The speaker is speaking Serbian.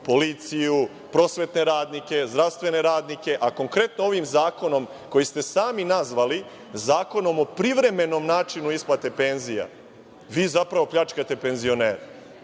policiju, prosvetne radnike, zdravstvene radnike, a konkretno ovim zakonom, koji ste sami nazvali Zakon o privremenom načinu isplate penzija, vi zapravo pljačkate penzionere.